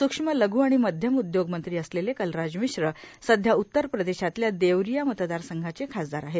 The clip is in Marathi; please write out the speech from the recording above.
सुक्ष्म लघू आणि मध्यम उद्योग मंत्री असलेले कलराज मिश्र सध्या उत्तरप्रदेशातल्या देवरिया मतदार संघाचे खासदार आहेत